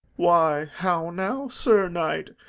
why, how now, sir knight!